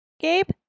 Gabe